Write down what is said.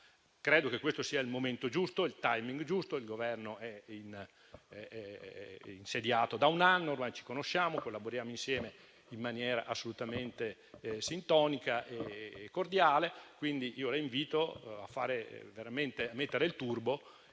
Credo che questo sia il momento giusto, il *timing* giusto: il Governo si è insediato da un anno, ormai ci conosciamo, collaboriamo insieme in maniera assolutamente sintonica e cordiale. La invito quindi a mettere il turbo